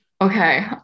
okay